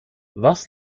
was